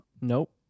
Nope